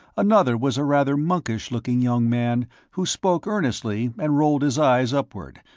another was a rather monkish-looking young man who spoke earnestly and rolled his eyes upward,